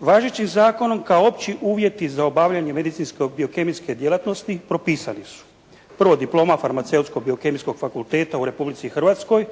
Važećim zakonom kao opći uvjeti za obavljanje medicinsko-biokemijske djelatnosti propisni su. Prvo diplomat farmaceutsko-biokemijskog fakulteta u Republici Hrvatskoj